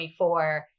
2024